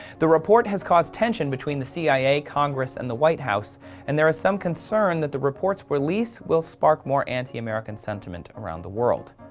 the report has caused tension between the cia, congress, and the white house and there is some concern that the report's release will spark more anti-american sentiment around the world.